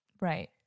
Right